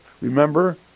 Remember